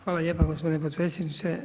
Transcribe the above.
Hvala lijepa gospodine potpredsjedniče.